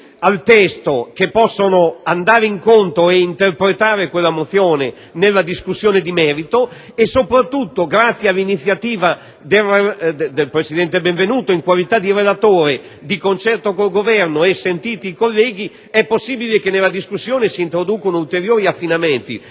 al testo che possono interpretare quella mozione nella discussione di merito. Soprattutto, grazie all'iniziativa del presidente Benvenuto in qualità di relatore, di concerto con il Governo, e sentiti i colleghi, è possibile che nella discussione si introducano ulteriori affinamenti.